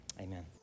Amen